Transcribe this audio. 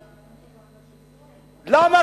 למה,